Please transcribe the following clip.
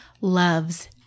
loves